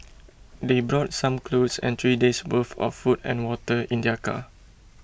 they brought some clothes and three days' worth of food and water in their car